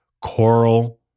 coral